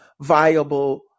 viable